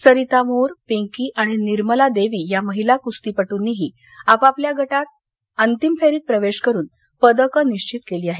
सरिता मोर पिंकी आणि निर्मला देवी या महिला कुस्तीपट्रंनीही आपआपल्या गटाच्या अंतिम फेरीत प्रवेश करून पदक निश्वित केली आहेत